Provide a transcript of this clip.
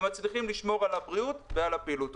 ומצליחים לשמור על הבריאות ועל הפעילות.